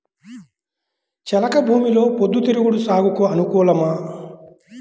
చెలక భూమిలో పొద్దు తిరుగుడు సాగుకు అనుకూలమా?